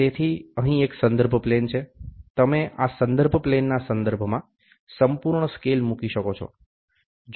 તેથી અહીં એક સંદર્ભ પ્લેન છે તમે આ સંદર્ભ પ્લેનના સંદર્ભમાં સંપૂર્ણ સ્કેલ મૂકી શકો છો